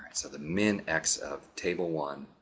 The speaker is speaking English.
so, the min x of table one,